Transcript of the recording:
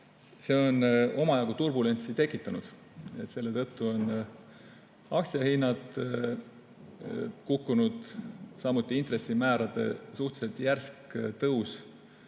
on omajagu turbulentsi tekitanud. Selle tõttu on aktsiahinnad kukkunud. Samuti mõjutab intressimäärade suhteliselt järsk tõus